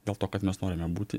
dėl to kad mes norime būti